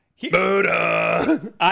Buddha